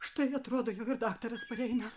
štai atrodo jau ir daktaras pareina